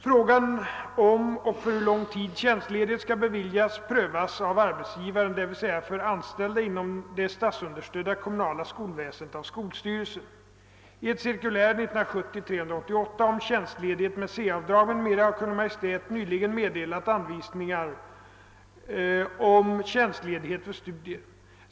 Fråga om och för hur lång tid tjänstledighet skall beviljas prövas av arbetsgivaren, dvs. för anställda inom det statsunderstödda kommunala skolväsendet av skolstyrelsen. I ett cirkulär om tjänstledighet med C avdrag m.m. har Kungl. Maj:t nyligen meddelat anvisningar om tjänstledighet för studier.